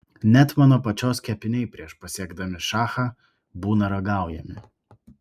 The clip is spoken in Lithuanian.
net mano pačios kepiniai prieš pasiekdami šachą būna ragaujami